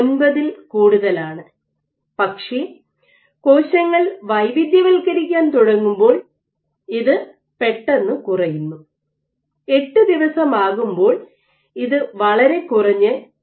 9 ൽ കൂടുതലാണ് പക്ഷേ കോശങ്ങൾ വൈവിധ്യവൽക്കരിക്കാൻ തുടങ്ങുമ്പോൾ ഇത് പെട്ടെന്ന് കുറയുന്നു 8 ദിവസം ആകുമ്പോൾ ഇത് വളരെ കുറഞ്ഞ് 0